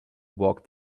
walk